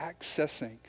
accessing